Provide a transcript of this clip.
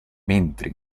mentre